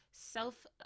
self